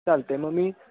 चालत आहे मग मी